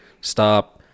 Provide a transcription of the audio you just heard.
stop